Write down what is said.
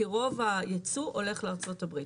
כי רוב הייצוא הולך לארצות הברית.